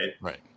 right